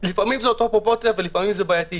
לפעמים זו אותה פרופורציה ולפעמים זה בעייתי,